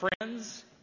friends